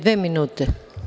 Dve minute.